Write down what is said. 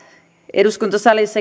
eduskuntasalissa